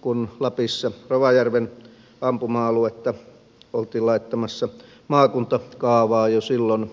kun lapissa rovajärven ampuma aluetta oltiin laittamassa maakuntakaavaan jo silloin